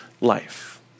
life